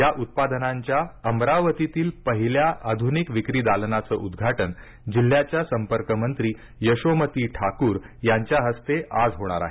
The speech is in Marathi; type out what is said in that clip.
या उत्पादनांच्या अमरावतीतील पहिल्या आधुनिक विक्री दालनाचं उद्घाटन जिल्ह्याच्या संपर्क मंत्री यशोमती ठाकूर यांच्या हस्ते आज होणार आहे